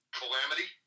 calamity